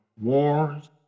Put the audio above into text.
wars